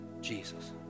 Jesus